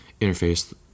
interface